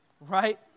Right